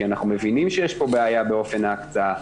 כי אנחנו מבינים שיש פה בעיה באופן ההקצאה,